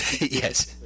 Yes